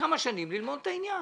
כמה שנים כדי ללמוד את העניין.